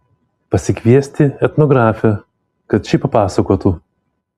pasikviesti etnografę kad ši papasakotų